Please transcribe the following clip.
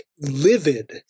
livid